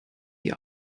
die